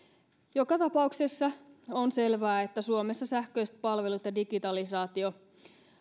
joka tapauksessa on selvää että suomessa sähköiset palvelut ja digitalisaatio